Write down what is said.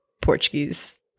Portuguese